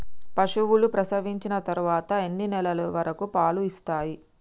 పశువులు ప్రసవించిన తర్వాత ఎన్ని నెలల వరకు పాలు ఇస్తాయి?